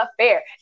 affair